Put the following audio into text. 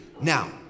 Now